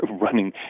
running